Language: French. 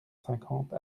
cinquante